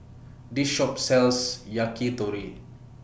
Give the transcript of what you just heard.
This Shop sells Yakitori